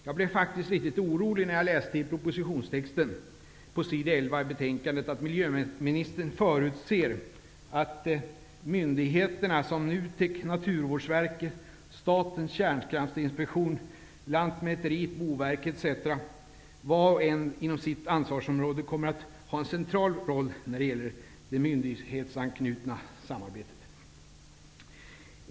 Jag blev faktiskt riktigt orolig när jag läste i propositionstexten på s.11 i betänkandet att miljöministern förutser att myndigheter som NUTEK, Naturvårdsverket, Statens kärnkraftsinspektion, Boverket, lantmäteriet etc., var och en inom sitt ansvarsområde, kommer att ha en central roll när det gäller det myndighetsanknutna samarbetet.